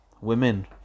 Women